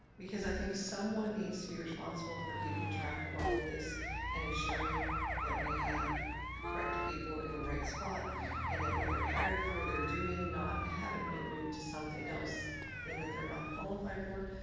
because i think someone needs to be responsible for keeping track of all of this and ensuring that we have the correct people in the right spot and that what they're hired for they're doing, not having been moved to something else then that they're not qualified for.